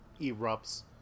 erupts